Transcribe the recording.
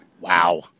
wow